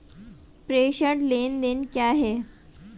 प्रेषण लेनदेन क्या है?